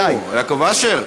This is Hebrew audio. נו, יעקב אשר.